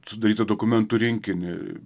sudarytą dokumentų rinkinį